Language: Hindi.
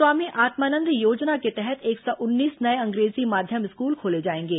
स्वामी आत्मानंद योजना के तहत एक सौ उन्नीस नये अंग्रेजी माध्यम स्कूल खोले जाएंगे